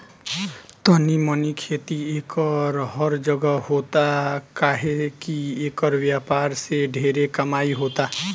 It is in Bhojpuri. तनी मनी खेती एकर हर जगह होता काहे की एकर व्यापार से ढेरे कमाई होता